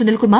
Sunilkumar